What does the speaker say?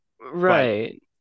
right